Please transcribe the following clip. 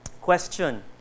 Question